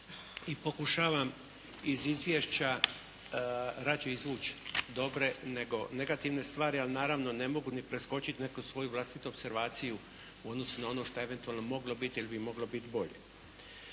i pokušavam iz izvješća rađe izvući dobre nego negativne stvari, ali naravno ne mogu ni preskočiti neku svoju vlastitu opservaciju u odnosu na ono što je eventualno moglo biti ili bi moglo biti bolje.